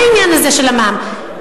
בעניין הזה של המע"מ,